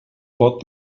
pot